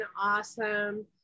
awesome